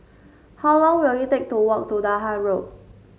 how long will it take to walk to Dahan Road